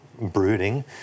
brooding